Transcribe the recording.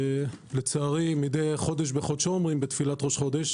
לצערי מדי חודש בחודשו אומרים בתפילת ראש חודש